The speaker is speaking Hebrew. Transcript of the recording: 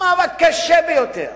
קשה ביותר.